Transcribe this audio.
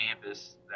campus